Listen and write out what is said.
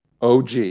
OG